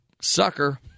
sucker